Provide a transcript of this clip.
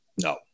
No